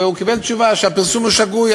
והוא קיבל תשובה שהפרסום שגוי,